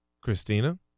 Christina